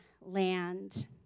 land